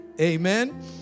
amen